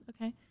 okay